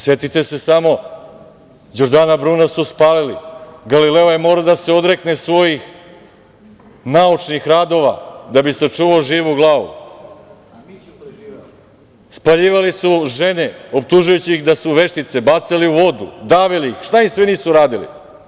Setite se samo, Đordana Bruna su spalili, Galileo je morao da se odrekne svojih naučnih radova da bi sačuvao živu glavu, spaljivali su žene optužujući ih da su veštice, bacali u vodu, davili ih, šta im sve nisu radili.